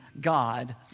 God